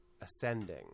ascending